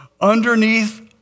underneath